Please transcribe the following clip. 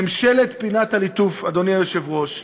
ממשלת פינת הליטוף, אדוני היושב-ראש,